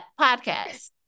podcast